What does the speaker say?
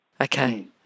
Okay